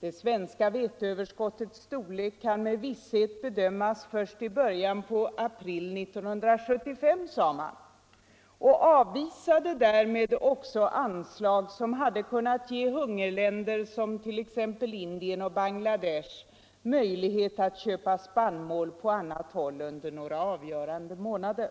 ”Det svenska veteöverskottets storlek kan med visshet bedömas först i början på april 1975”, sade man och avvisade därmed också anslag som hade kunnat ge hungerländer som Indien och Bangladesh möjlighet att köpa spannmål på annat håll under några avgörande månader.